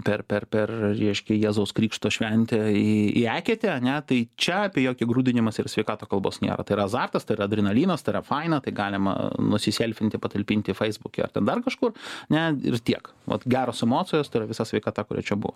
per per per reiškia jėzaus krikšto šventę į į eketę ane tai čia apie jokį grūdinimąsi ir sveikatą kalbos nėra tai yra azartas tai yra adrenalinas tai yra faina tai galima nusiselfinti patalpinti feisbuke dar kažkur ne ir tiek vat geros emocijos tai yra visa sveikata kuri čia buvo